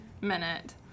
minute